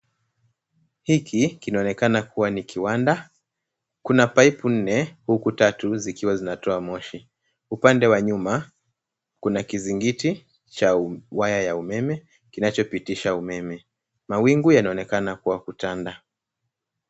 Hiki kinaonekana kuwa ni kiwanda. Kuna pipe nne huku tatu zikiwa zinatoa moshi. Upande wa nyuma, kuna kizingiti cha waya wa umeme kinachopitisha umeme. Mawingu yanaonekana kwa kutanda.